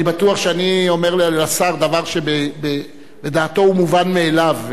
אני בטוח שאני אומר לשר דבר שלדעתו הוא מובן מאליו.